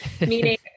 Meaning